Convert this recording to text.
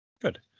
good